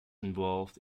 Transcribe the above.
involved